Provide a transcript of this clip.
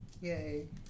Yay